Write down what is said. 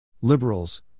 liberals